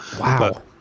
Wow